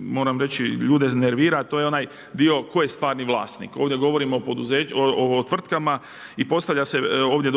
Hrvatskoj ljude nervira, a to je onaj dio tko je stvarni vlasnik. Ovdje govorimo o tvrtkama i